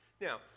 Now